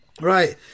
Right